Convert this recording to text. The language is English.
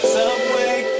Subway